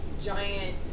giant